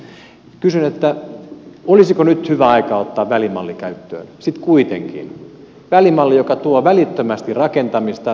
kysyn olisiko nyt hyvä aika ottaa välimalli käyttöön sitten kuitenkin välimalli joka tuo välittömästi rakentamista ja on elvytysmielessäkin hyvä